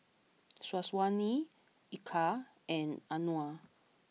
Syazwani Eka and Anuar